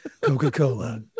Coca-Cola